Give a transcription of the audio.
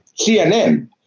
CNN